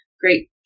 great